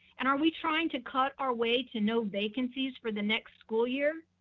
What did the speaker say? and are we trying to cut our way to no vacancies for the next school year?